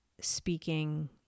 speaking